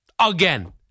Again